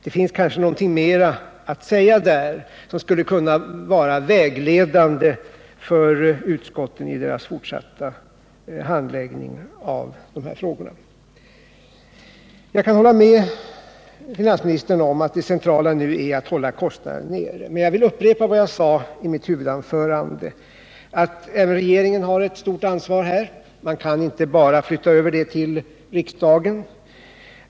Det finns kanske någonting mera att säga om detta som skulle kunna vara vägledande för utskotten i deras fortsatta handläggning av de här frågorna. Jag kan hålla med herr Mundebo om att det centrala nu är att hålla kostnaderna nere. Men jag vill upprepa vad jag sade i mitt huvudanförande, nämligen att även regeringen har ett stort ansvar. Man kan inte bara flytta över det till riksdagen.